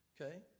Okay